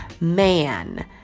man